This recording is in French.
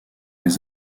les